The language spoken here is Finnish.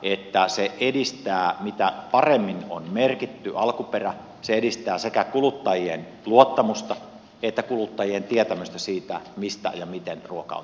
on selvää että mitä paremmin on merkitty alkuperä se edistää sekä kuluttajien luottamusta että kuluttajien tietämystä siitä mistä ja miten ruoka on tuotettu